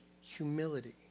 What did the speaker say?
humility